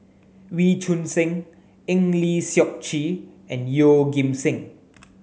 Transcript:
Wee Choon Seng Eng Lee Seok Chee and Yeoh Ghim Seng